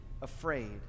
afraid